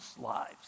lives